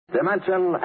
Dimension